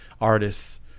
artists